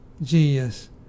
genius